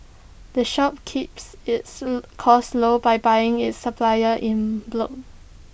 the shop keeps its costs low by buying its supplier in block